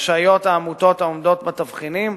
רשאיות העמותות העומדות בתבחינים